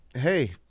hey